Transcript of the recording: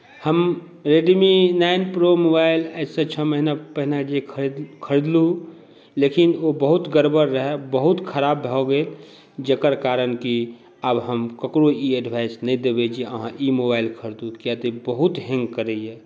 हम Redmi nine pro mobile आइसँ छओ महिना पाहिले जे खरीदलहुँ लेकिन ओ बहुत गड़बड़ रहै बहुत खराब भऽ गेल जकर कारण कि आब हम ककरो ई एडवाइस नहि देबै जे अहाँ ई मोबाइल खरीदू कियातऽ ई बहुत हैन्ग करैए